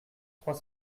trois